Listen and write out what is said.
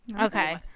Okay